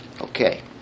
Okay